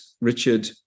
Richard